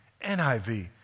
NIV